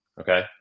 Okay